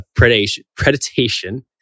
predation